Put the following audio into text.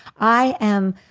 i am.